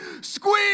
squeeze